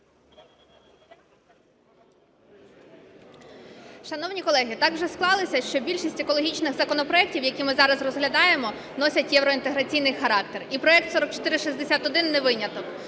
Шановні колеги! Так вже склалося, що більшість екологічних законопроектів, які ми зараз розглядаємо носять євроінтеграційний характер і проект 4461 не виняток.